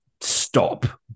stop